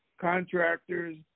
contractors